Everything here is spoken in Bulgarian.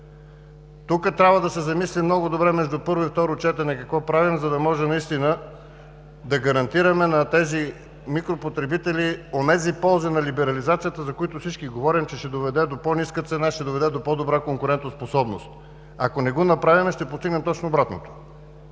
Тук трябва да се замислим много добре между първо и второ четене какво правим, за да можем да гарантираме на тези микропотребители онези ползи на либерализацията, за които всички говорим, че ще доведат до по-ниска цена, ще доведат до по-добра конкурентоспособност. Ако не го направим, ще постигнем точно обратното